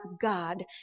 God